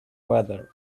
weather